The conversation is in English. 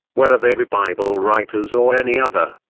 whether they be bible-writers or any other.